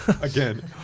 again